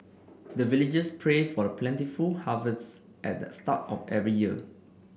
the villagers pray for plentiful harvest at the start of every year